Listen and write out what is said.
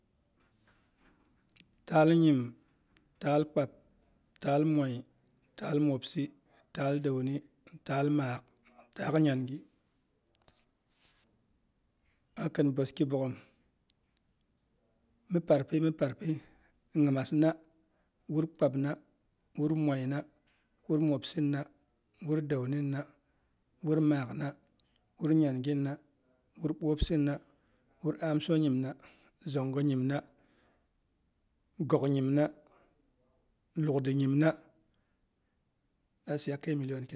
Taal nyim, taal kpab, taal mwai, taal mobsi, taal dauni, taal maak, taal nyangi akin boski bogghom mɨ parpi mɨ parpi, nyimas na, wurkpab na wur mwona, wur mwopsina, wur dasumi na, wur maak na, wur nyangima, wur bwopsinna wur amsonyimna zongho nyimna. Goknyim na, lukdi nyimna that's yakai million